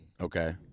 Okay